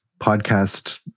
podcast